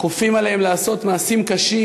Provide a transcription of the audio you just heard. כופים עליהם לעשות מעשים קשים,